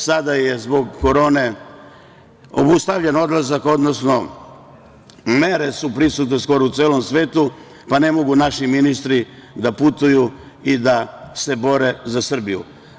Sada je zbog korone obustavljen odlazak, odnosno mere su prisutne skoro u celom svetu, pa ne mogu naši ministri da putuju i da se bore za Srbiju.